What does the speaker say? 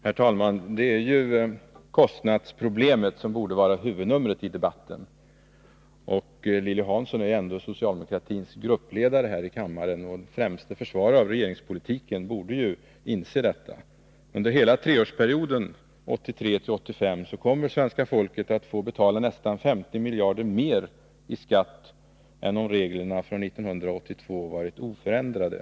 Herr talman! Det är ju kostnadsproblemet som borde vara huvudnumret i debatten. Lilly Hansson är ändå socialdemokratins gruppledare här i kammaren. Den främsta försvararen av regeringspolitiken borde inse detta förhållande. Under hela treårsperioden 1983-1985 kommer svenska folket att få betala nästan 50 miljarder kronor mer i skatt än om reglerna från 1982 varit oförändrade.